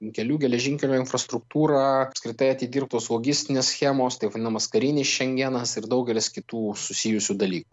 kelių geležinkelių infrastruktūra apskritai atidirbtos logistinės schemos taip vadinamas karinis šengenas ir daugelis kitų susijusių dalykų